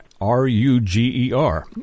R-U-G-E-R